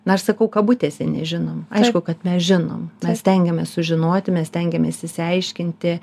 na aš sakau kabutėse nežinom aišku kad mes žinom mes stengiamės sužinoti mes stengiamės išsiaiškinti